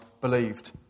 believed